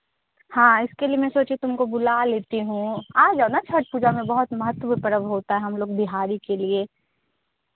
हाँ इसके लिए मैं सोच तुमको बुला लेती हूँ आ जाओ ना छठ पूजा में बहुत महत्व पर्व होता है हम लोग बिहारी के लिए